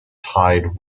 tied